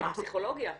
הפסיכולוגיה,